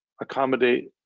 accommodate